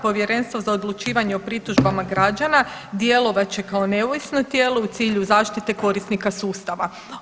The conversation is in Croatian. Povjerenstvo za odlučivanje o pritužbama građana djelovat će kao neovisno tijelo u cilju zaštite korisnika sustava.